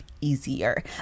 easier